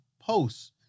posts